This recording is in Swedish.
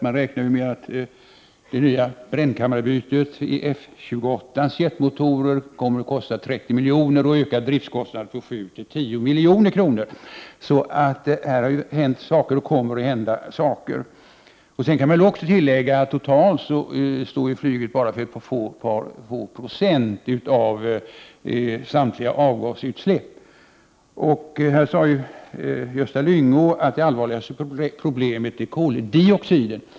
Man räknar med att det nya brännkammarbytet i F 28-ans jetmotorer kommer att kosta 30 milj.kr. och öka driftskostnaden från 7 milj.kr. till 10 milj.kr. Det har alltså hänt en del saker, och mera kommer att hända. Man kan också tillägga att flyget totalt står bara för ett par procent av samtliga avgasutsläpp. Gösta Lyngå sade att det allvarligaste problemet är koldioxiden.